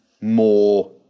more